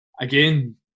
again